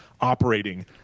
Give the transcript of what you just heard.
operating